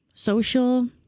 social